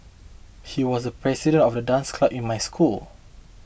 he was the president of the dance club in my school